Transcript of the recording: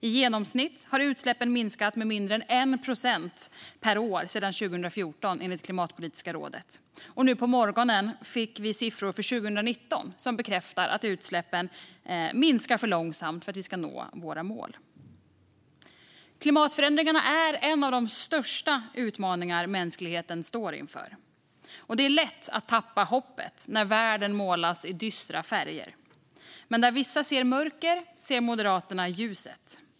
I genomsnitt har utsläppen minskat med mindre än 1 procent per år sedan 2014, enligt Klimatpolitiska rådet, och nu på morgonen fick vi siffror för 2019 som bekräftar att utsläppen minskar för långsamt för att vi ska nå våra mål. Klimatförändringarna är en av de största utmaningar mänskligheten står inför. Det är lätt att tappa hoppet när världen målas i dystra färger, men där vissa ser mörker ser Moderaterna ljuset.